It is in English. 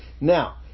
Now